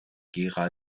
gera